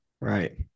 Right